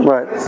Right